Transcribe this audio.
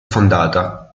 fondata